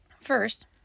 first